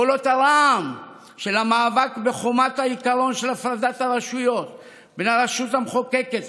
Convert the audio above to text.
קולות הרעם של המאבק בחומת העיקרון של הפרדת הרשויות בין הרשות המחוקקת,